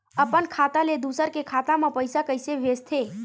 अपन खाता ले दुसर के खाता मा पईसा कइसे भेजथे?